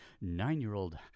nine-year-old